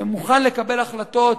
שמוכן לקבל החלטות,